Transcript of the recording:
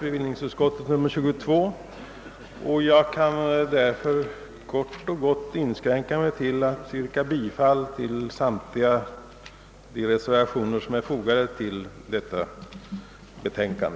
bevillningsutskottets betänkande nr 22, och dess reservationer. Jag kan därför inskränka mig till att yrka bifall till samtliga de reservationer som är fogade vid detta betänkande.